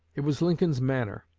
it was lincoln's manner.